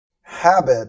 habit